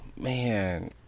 Man